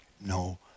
No